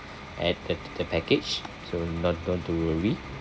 at the the the package so no~ not to worry